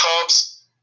Cubs